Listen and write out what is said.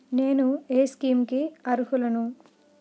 నేను ఏ స్కీమ్స్ కి అరుహులను?